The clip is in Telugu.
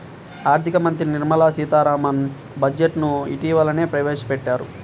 ఆర్ధిక మంత్రి నిర్మలా సీతారామన్ బడ్జెట్ ను ఇటీవలనే ప్రవేశపెట్టారు